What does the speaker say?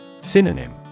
Synonym